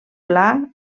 pla